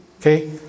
Okay